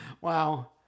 Wow